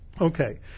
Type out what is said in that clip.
Okay